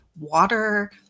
water